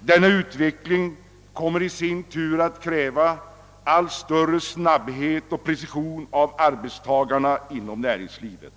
Denna utveckling kommer att i sin tur kräva allt större snabbhet och precision av arbetstagarna inom näringslivet.